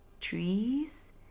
Trees